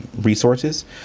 resources